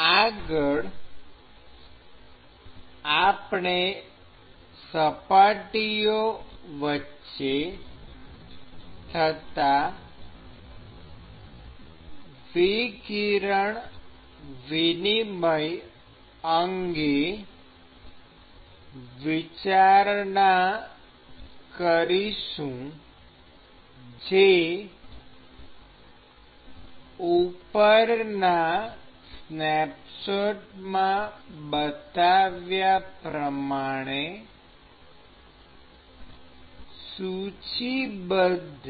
આગળ આપણે સપાટીઓ વચ્ચે થતાં વિકિરણ વિનિમય અંગે વિચારણા કરીશું જે ઉપરના સ્નેપશોટમાં બતાવ્યા પ્રમાણે સૂચિબદ્ધ